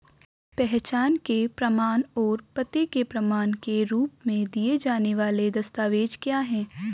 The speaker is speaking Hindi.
पहचान के प्रमाण और पते के प्रमाण के रूप में दिए जाने वाले दस्तावेज क्या हैं?